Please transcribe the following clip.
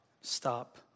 stop